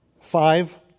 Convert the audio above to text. Five